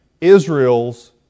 Israel's